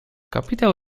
kapitał